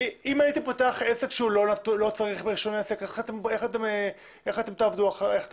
הייתי פותח עסק שלא צריך רישיון עסק, איך תבדקו?